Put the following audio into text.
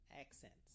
accents